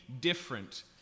different